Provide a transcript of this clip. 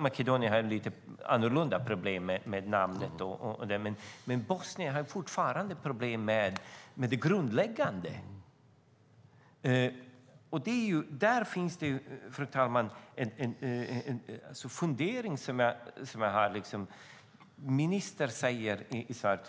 Makedonien har lite annorlunda problem med namnet och sådant, men Bosnien har fortfarande problem med det grundläggande. Där, fru talman, har jag en fundering.